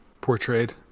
portrayed